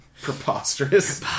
Preposterous